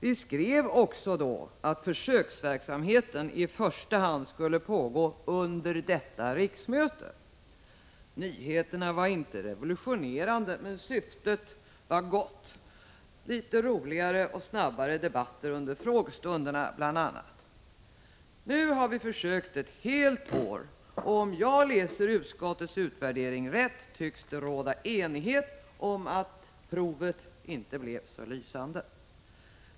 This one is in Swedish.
Vi skrev också att försöksverksamheten i första hand skulle pågå under detta riksmöte. Nyheterna var inte revolutionerande, men syftet var gott — litet roligare och snabbare debatter under frågestunderna bl.a. Nu har vi försökt ett helt år, och om jag läser utskottets utvärdering rätt tycks det råda enighet om att provet inte blev så lysande.